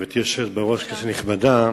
גברתי היושבת-ראש, כנסת נכבדה,